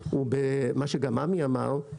מה שגם עמי אמר,